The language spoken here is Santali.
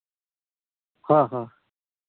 ᱦᱚᱸ ᱦᱚᱸ